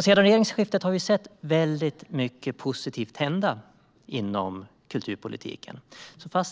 Sedan regeringsskiftet har vi sett väldigt mycket positivt hända inom kulturpolitiken.